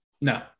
no